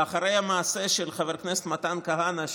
ואחרי המעשה של חבר הכנסת מתן כהנא,